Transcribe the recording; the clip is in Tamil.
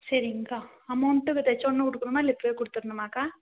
சரிங்கக்கா அமௌண்ட்டு தைச்சோன்ன கொடுக்கணுமா இல்லை இப்போவே கொடுத்துடணுமாக்கா